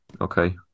Okay